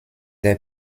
der